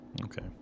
Okay